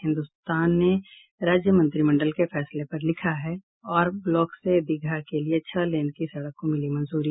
हिन्दुस्तान ने राज्यमंत्रिमंडल के फैसले पर लिखा है आर ब्लॉक से दीघा के लिए छह लेन की सड़क को मिली मंजूरी